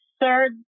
third